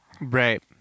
Right